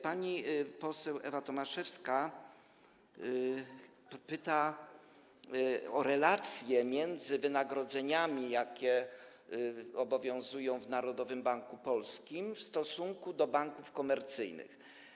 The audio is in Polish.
Pani poseł Ewa Tomaszewska pyta o relacje między wynagrodzeniami, jakie obowiązują w Narodowym Banku Polskim, w stosunku do banków komercyjnych.